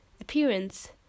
appearance